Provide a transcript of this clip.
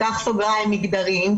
פתח סוגריים מגדריים.